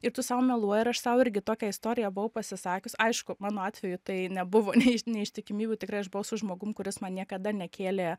ir tu sau meluoji ir aš sau irgi tokią istoriją buvau pasisakius aišku mano atveju tai nebuvo neiš neištikimybių tikrai aš buvau su žmogum kuris man niekada nekėlė